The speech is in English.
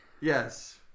Yes